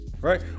right